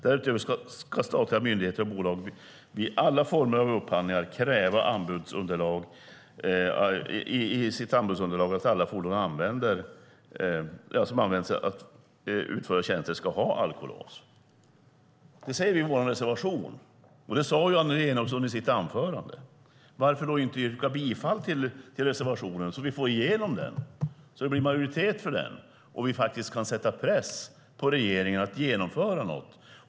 Därutöver ska statliga myndigheter och bolag vid alla former av upphandlingar kräva i sitt anbudsunderlag att alla fordon som används för att utföra tjänster som är sammanknutna till anbudet ska vara utrustade med alkolås." Det säger vi i vår reservation, och det sade Annelie Enochson i sitt anförande. Varför då inte yrka bifall till reservationen, så att vi får igenom den, så att det blir majoritet för den och vi faktiskt kan sätta press på regeringen att genomföra något?